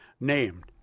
named